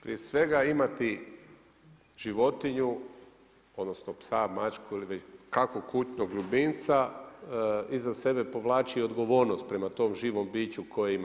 Prije svega imati životinju odnosno psa, mačku ili već kakvog kućnog ljubimca iza sebe povlači odgovornost prema tom živom biću koje ima.